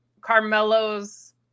Carmelo's